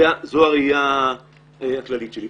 זו הראייה הכללית שלי.